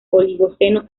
oligoceno